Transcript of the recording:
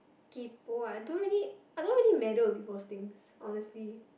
kay-poh ah I don't really I don't really meddle with people's things honestly